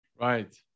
Right